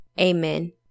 Amen